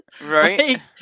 Right